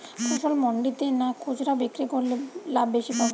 ফসল মন্ডিতে না খুচরা বিক্রি করলে লাভ বেশি পাব?